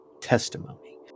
testimony